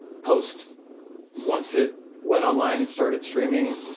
post once it went online and started streaming,